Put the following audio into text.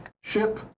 ship